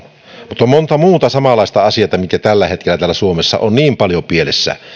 mutta on monta muuta samanlaista asiaa mitkä tällä hetkellä täällä suomessa ovat niin paljon pielessä